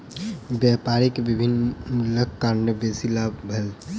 व्यापारी के विभिन्न मूल्यक कारणेँ बेसी लाभ भेल